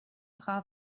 dhá